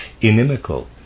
inimical